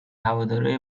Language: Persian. هوادارای